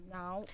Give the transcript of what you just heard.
now